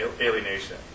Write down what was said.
alienation